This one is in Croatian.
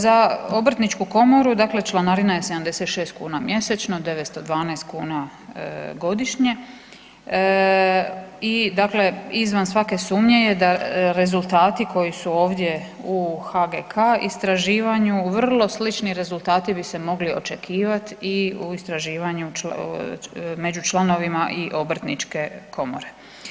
Za obrtničku komoru dakle članarina je 76 kuna mjesečno, 912 kuna godišnje i dakle i izvan svake sumnje je da rezultati koji su ovdje u HGK istraživanju vrlo slični rezultati bi se mogli očekivat i u istraživanju među članovima obrtničke komore.